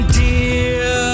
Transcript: dear